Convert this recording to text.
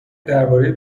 درباره